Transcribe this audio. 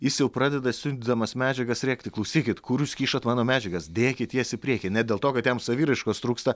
jis jau pradeda siuntydamas medžiagas rėkti klausykit kur jūs kišat mano medžiagas dėkit jas į priekį ne dėl to kad jam saviraiškos trūksta